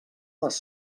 les